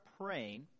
praying